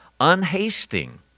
Unhasting